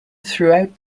throughout